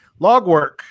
Logwork